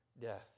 death